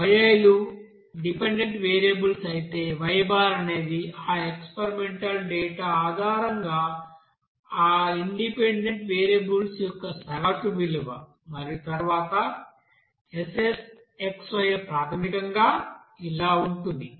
Yi లు dependent variables అయితే y అనేది ఆ ఎక్స్పెరిమెంటల్ డేటా ఆధారంగా ఆ డిపెండెంట్ వేరియబుల్స్ యొక్క సగటు విలువ మరియు తర్వాత SSxy ప్రాథమికంగా ఇలా ఉంటుంది